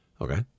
Okay